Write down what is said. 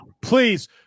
Please